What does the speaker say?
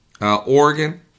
Oregon